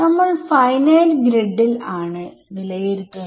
നമ്മൾ ഫൈനൈറ്റ് ഗ്രിഡ്ൽ ആണ് വിലയിരുത്തുന്നത്